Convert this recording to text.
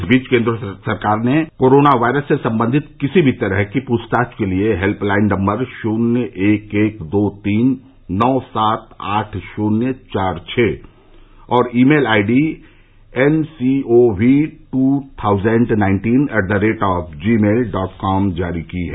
इस बीच केन्द्र सरकार ने कोरोना वायरस से संबंधित किसी भी तरह की पूछताछ के लिए हेल्पलाइन नम्बर शून्य एक एक दो तीन नौ सात आठ शून्य चार छ और email I D N C O V two thousand nineteen at the rate of gmail dot com जारी की है